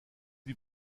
lui